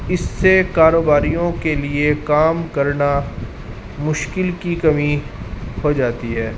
اس سے کاروباریوں کے لیے کام کرنا مشکل کی کمی ہو جاتی ہے